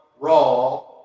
Raw